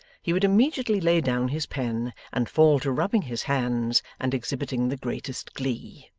he would immediately lay down his pen and fall to rubbing his hands and exhibiting the greatest glee.